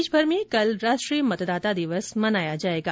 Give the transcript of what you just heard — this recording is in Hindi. देशभर में कल राष्ट्रीय मतदाता दिवस मनाया जाएगा